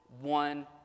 one